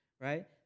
Right